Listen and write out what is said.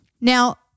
Now